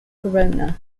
corona